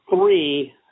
three